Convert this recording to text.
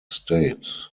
states